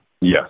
Yes